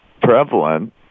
prevalent